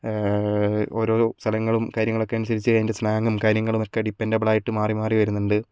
ഓരോരോ സ്ഥലങ്ങളും കാര്യങ്ങളൊക്കെ അനുസരിച്ച് അതിൻ്റെ സ്ലാങ്ങും കാര്യങ്ങളും ഒക്കെ ഡിപ്പെൻ്റബിൾ ആയിട്ട് മാറി മാറി വരുന്നുണ്ട്